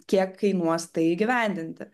kiek kainuos tai įgyvendinti